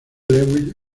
lewis